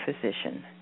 physician